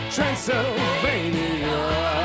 Transylvania